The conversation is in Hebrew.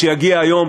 כשיגיע היום,